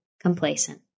complacent